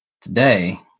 Today